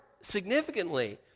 significantly